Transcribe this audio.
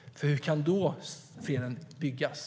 Hur kan då freden byggas?